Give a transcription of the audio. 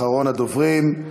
אחרון הדוברים.